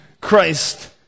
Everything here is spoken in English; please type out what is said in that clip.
Christ